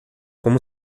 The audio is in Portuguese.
como